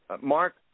Mark